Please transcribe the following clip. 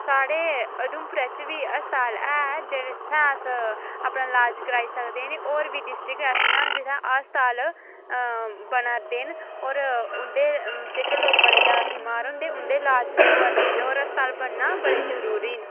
स्हाड़े उधमपुरै च बी अस्पताल ऐ जेह्ड़े सा अस अपना लाज कराई सकदे आं होर बी डिस्ट्रिक्ट ऐसियां न जित्थै अस्पताल बनै'रदे न होर उं'दे जेह्के लोग बड़े ज्यादा बीमार होंदे उं'दे लाज बी होआ दे न होर अस्पताल बनना बड़े जरूरी न